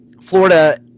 Florida –